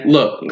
Look